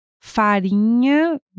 Farinha